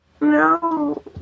No